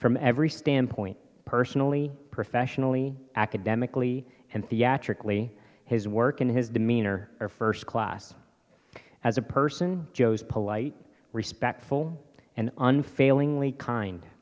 from every standpoint personally professionally academically and theatrically his work and his demeanor are first class as a person joe's polite respectful and unfailingly kind